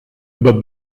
über